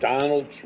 Donald